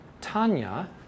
Tanya